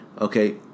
okay